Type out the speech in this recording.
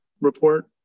report